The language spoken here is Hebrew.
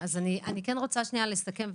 אני כן רוצה לסכם.